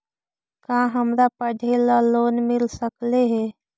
का हमरा पढ़े ल लोन मिल सकले हे?